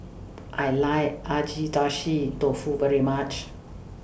I like Agedashi Dofu very much